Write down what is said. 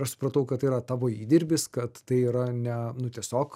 aš supratau kad tai yra tavo įdirbis kad tai yra ne nu tiesiog